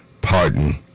Pardon